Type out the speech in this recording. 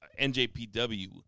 NJPW